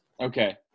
okay